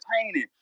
entertaining